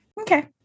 okay